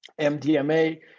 MDMA